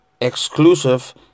Exclusive